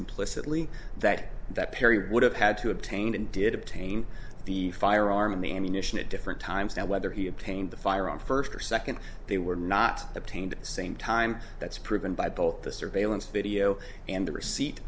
implicitly that that perry would have had to obtain and did obtain the firearm and the ammunition at different times and whether he obtained the firearm first or second they were not obtained same time that's proven by both the surveillance video and the receipt